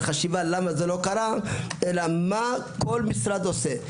חשיבה למה זה לא קרה אלא מה כל משרד עושה.